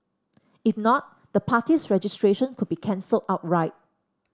if not the party's registration could be cancelled outright